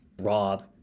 rob